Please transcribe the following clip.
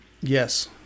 Yes